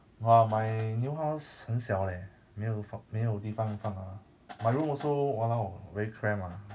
but my new house 很小 leh 没有方没有地方放 mah but 如果说 !walao! very cram ah